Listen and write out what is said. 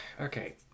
Okay